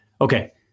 Okay